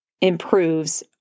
improves